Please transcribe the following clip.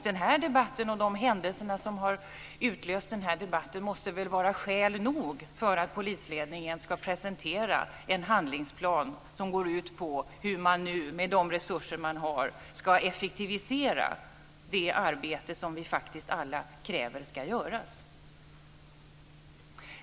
Den här debatten och de händelser som har utlöst den här debatten måste vara skäl nog för att polisledningen ska presentera en handlingsplan, som går ut på hur man nu med de resurser som man har ska effektivisera det arbete som vi faktiskt alla kräver ska göras.